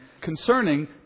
concerning